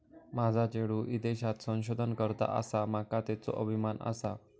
माझा चेडू ईदेशात संशोधन करता आसा, माका त्येचो अभिमान आसा